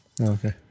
Okay